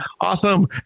Awesome